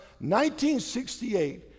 1968